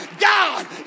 God